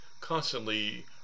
constantly